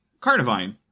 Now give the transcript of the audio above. Carnivine